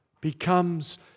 becomes